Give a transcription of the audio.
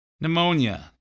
Pneumonia